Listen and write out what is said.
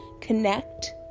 connect